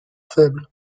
faible